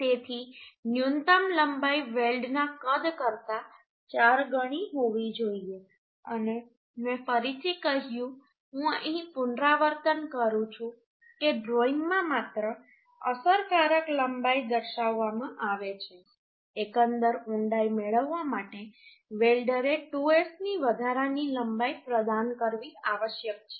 તેથી ન્યૂનતમ લંબાઈ વેલ્ડના કદ કરતાં 4 ગણી હોવી જોઈએ અને મેં ફરીથી કહ્યું હું અહીં પુનરાવર્તન કરું છું કે ડ્રોઈંગમાં માત્ર અસરકારક લંબાઈ દર્શાવવામાં આવે છે એકંદર ઊંડાઈ મેળવવા માટે વેલ્ડરે 2S ની વધારાની લંબાઈ પ્રદાન કરવી આવશ્યક છે